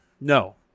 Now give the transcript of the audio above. No